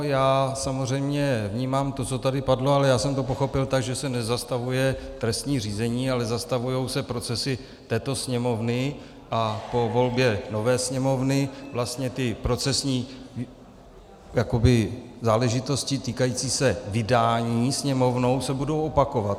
Já samozřejmě vnímám to, co tady padlo, ale já jsem to pochopil tak, že se nezastavuje trestní řízení, ale zastavují se procesy této Sněmovny a po volbě nové Sněmovny vlastně ty procesní jakoby záležitosti týkající se vydání Sněmovnou se budou opakovat.